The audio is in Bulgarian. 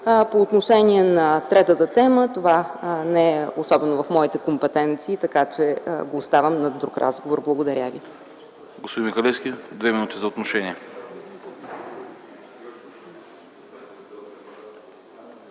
По отношение на третата тема, тя не е особено в моите компетенции, така че го оставям за друг разговор. Благодаря ви.